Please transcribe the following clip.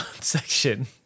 section